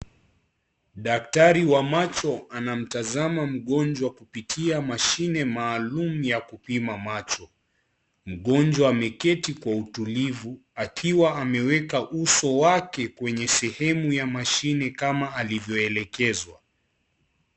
Daktari wa macho anamtazama mgonjwa kupitia mashine maalum ya kupima macho. Mgonjwa ameketi kwa utulivu, akiwa ameweka uso wake kwenye sehemu ya mashine kama alivyoelekezwa.